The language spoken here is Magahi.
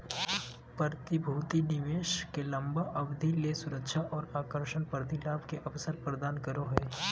प्रतिभूति निवेश के लंबा अवधि ले सुरक्षा और आकर्षक प्रतिलाभ के अवसर प्रदान करो हइ